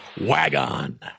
Wagon